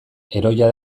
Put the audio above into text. heroia